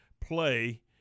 play